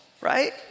right